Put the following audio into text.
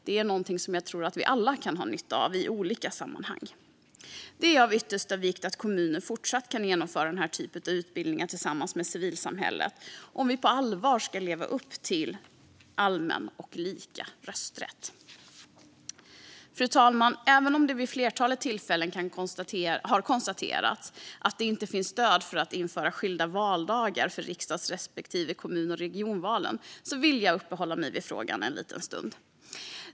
Detta skulle vi nog alla ha nytta av i olika sammanhang. Det är av yttersta vikt att kommuner kan fortsätta att genomföra denna typ av utbildningar tillsammans med civilsamhället om vi på allvar ska ha allmän och lika rösträtt. Fru talman! Även om det vid ett flertal tillfällen har konstaterats att det inte finns stöd för att införa skilda valdagar för riksdagsvalen respektive kommun och regionvalen ska jag uppehålla mig en stund vid frågan.